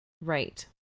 Right